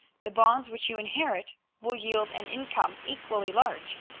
the bonds which you inherit will yield an income equally large.